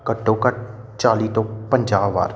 ਘੱਟੋ ਘੱਟ ਚਾਲੀ ਤੋਂ ਪੰਜਾਹ ਵਾਰ